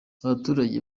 abaturage